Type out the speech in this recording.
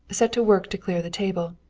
set to work to clear the table.